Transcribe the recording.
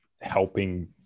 helping